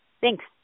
Thanks